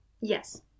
yes